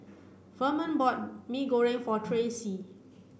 Ferman bought Mee Goreng for Tracy